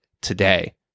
today